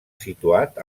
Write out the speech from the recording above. situat